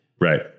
Right